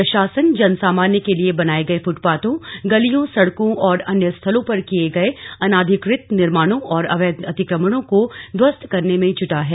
प्रशासन जन सामान्य के लिए बनाये गये फूटपाथों गलियों सड़कों और अन्य स्थलों पर किये गये अनाधिकृत निर्माणों और अवैध अतिक्रमणों को ध्वस्त करने में जुटा है